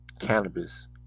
Cannabis